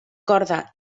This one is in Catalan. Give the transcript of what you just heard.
corda